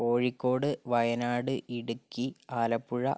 Kozhikode Wayanad Idukki Alappuzha